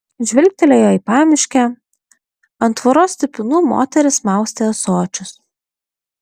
žvilgtelėjo į pamiškę ant tvoros stipinų moteris maustė ąsočius